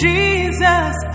Jesus